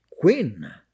Queen